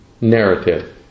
narrative